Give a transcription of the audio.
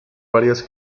varias